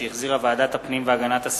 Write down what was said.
שהחזירה ועדת הפנים והגנת הסביבה.